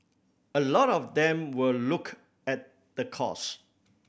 a lot of them will look at the cost